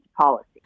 policy